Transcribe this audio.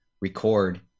record